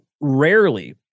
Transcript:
rarely